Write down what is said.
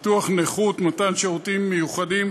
(ביטוח נכות) (מתן שירותים מיוחדים),